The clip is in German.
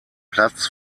platz